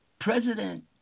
President